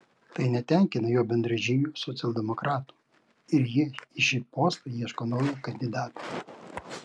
tai netenkina jo bendražygių socialdemokratų ir jie į šį postą ieško naujo kandidato